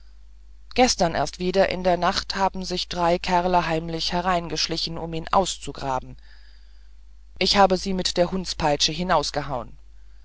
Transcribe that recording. gestern erst wieder in der nacht haben sich drei kerle heimlich hereingeschlichen um ihn auszugraben ich hab sie mit der hundspeitsche